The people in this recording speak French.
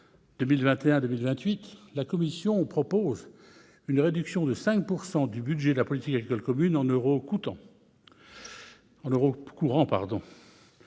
2021-2027, la Commission européenne propose une réduction de 5 % du budget de la politique agricole commune en euros courants.